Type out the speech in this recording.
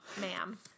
ma'am